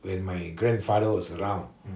when my grandfather was around